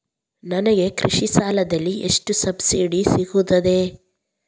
ನನಗೆ ಕೃಷಿ ಸಾಲದಲ್ಲಿ ಎಷ್ಟು ಸಬ್ಸಿಡಿ ಸೀಗುತ್ತದೆ?